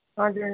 हजुर